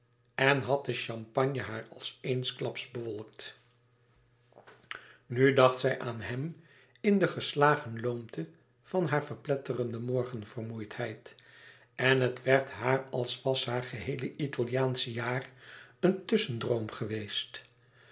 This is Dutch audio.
en had de champagne haar als eensklaps bewolkt nu dacht zij aan hem in de geslagen loomte van hare verpletterende morgenvermoeidheid en het werd haar als was haar geheele italiaansche jaar een tusschendroom geweest